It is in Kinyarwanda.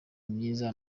myiza